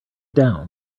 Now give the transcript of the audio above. down